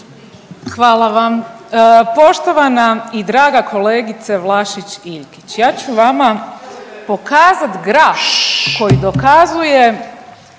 Hvala vam. Poštovana i draga kolegice Vlašić Iljkić, ja ću vama pokazati graf koji dokazuje